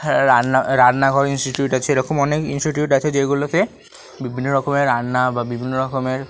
হ্যাঁ রান্না রান্নাঘর ইনস্টিটিউট আছে এরকম অনেক ইনস্টিটিউট আছে যেগুলোতে বিভিন্ন রকমের রান্না বা বিভিন্ন রকমের